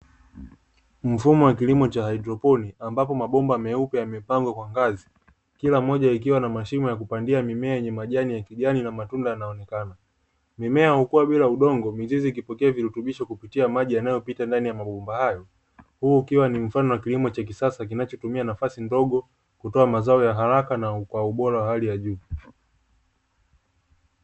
Mfumo wa kilimo cha haidroponi ambapo mabomba meupe yamepangwa kwa ngazi kila moja ikiwa na mashimo ya kupandia mimea yenye majani ya kijani na matunda yanaonekana. Mimea hukua bila udongo mizizi ikipokea virutubisho kupitia maji yanayopita ndani ya mabomba hayo, huu ukiwa ni mfano wa kilimo cha kisasa kinachotumia nafasi ndogo kutoa mazao ya haraka na kwa ubora wa hali ya juu.